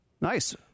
Nice